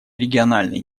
региональные